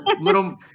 little